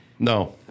No